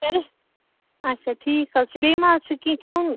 Paris آچھا ٹھیٖک حظ چھُ بیٚیہِ مَہ حظ چھُ کیٚنٛہہ کھیٛون